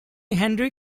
henry